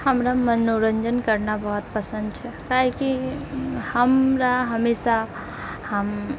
हमरा मनोरञ्जन करना बहुत पसन्द छै काहेकी हमरा हमेशा हम